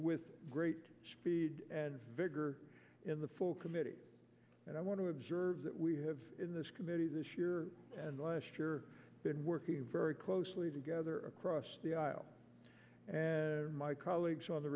with great speed and vigor in the full committee and i want to observe that we have in this committee this year and last year been working very closely together across the aisle my colleagues on the